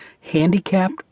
handicapped